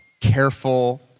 careful